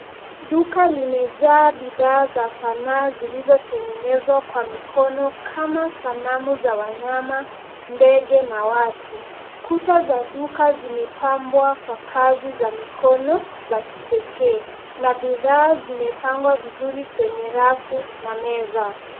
Duka limejaa bidhaa za sanaa zilizotengenezwa kwa mikono kama sanamu za wanyama, ndege, na watu. Kuta za duka zimepambwa kwa kazi za mikono, za kipekee, na bidhaa zimepangwa vizuri kwenye rafu na meza.